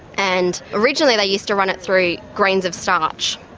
and originally they used to run it through grains of starch.